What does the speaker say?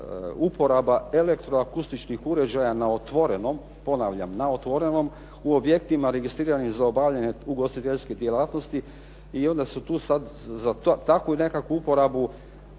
uporaba elektroakustičkih uređaja na otvorenom, ponavljam na otvorenom u objektima registriranim za obavljanje ugostiteljske djelatnosti i ona su za takvu nekakvu uporabu